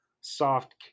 soft